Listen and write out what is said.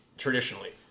Traditionally